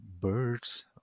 birds